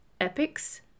epics